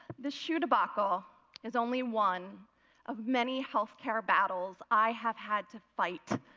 the shoe debacle is only one of many healthcare battles i have had to fight.